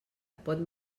pot